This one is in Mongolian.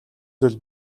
зүйл